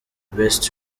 best